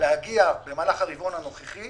להגיע במהלך הרבעון הנוכחי